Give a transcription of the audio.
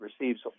receives